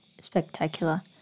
spectacular